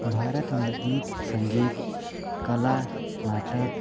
भारत में गीत संगीत कला नाटक